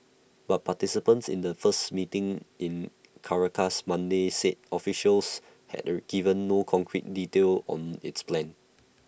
but participants in A first meeting in Caracas Monday said officials had A given no concrete detail on its plan